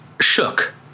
shook